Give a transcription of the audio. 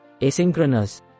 Asynchronous